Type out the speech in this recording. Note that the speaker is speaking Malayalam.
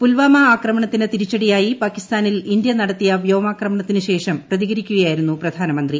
പുൽവാമ ആക്രമണത്തിന് തിരിച്ചടിയായി പാകിസ്ഥാനിൽ ഇന്ത്യ വ്യോമാക്രമണത്തിന് നടത്തിയ ശേഷം പ്രതികരിക്കുകയായിരുന്നു പ്രധാനമന്ത്രി